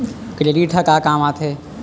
Credit ह का काम आथे?